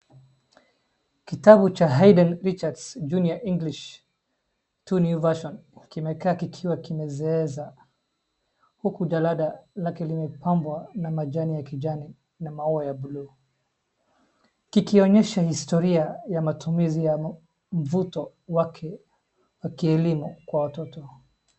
Kitabu cha Hayden Richards Junior English 2 New Version kimekaa kikiwa kimezeeka, huku jalada lake limepambwa na majani ya kijani na maua ya buluu, kikionyesha historia ya matumizi ya mvuto wake wa kielimu kwa watoto.